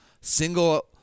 single